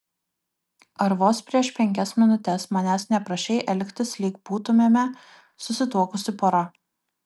ar vos prieš penkias minutes manęs neprašei elgtis lyg būtumėme susituokusi pora